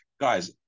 Guys